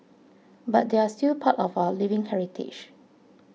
but they're still part of our living heritage